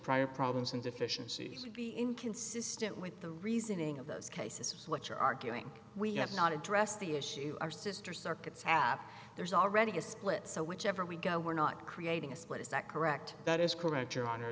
prior problems and deficiencies would be inconsistent with the reasoning of those cases is what you're arguing we have not addressed the issue our sister circuits happen there's already a split so whichever we go we're not creating a split is that correct that is correct your honor